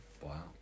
Wow